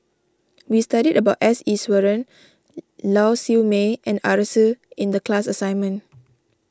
we studied about S Iswaran Lau Siew Mei and Arasu in the class assignment